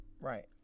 Right